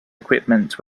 equipment